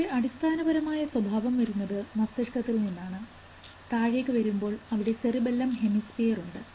പക്ഷേ അടിസ്ഥാനപരമായ സ്വഭാവം വരുന്നത് മസ്തിഷ്കത്തിൽ നിന്നാണ് താഴേക്ക് വരുമ്പോൾ അവിടെ സെറിബല്ലം ഹെമിസ്പിയർ ഉണ്ട്